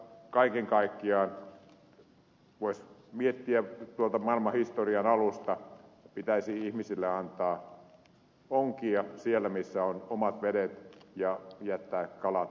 kaiken kaikkiaan voisi miettiä tuolta maailmanhistorian alusta että pitäisi ihmisille antaa onkia siellä missä on omat vedet ja jättää kalat tänne kotimaahan